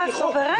אתה סוברני.